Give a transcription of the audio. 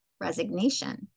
resignation